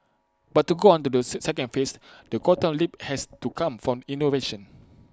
but to go on to the second phase the quantum leap has to come from innovation